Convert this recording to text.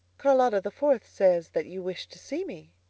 charlotta the fourth says that you wished to see me,